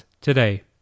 today